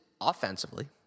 offensively